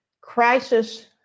crisis